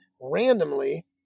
randomly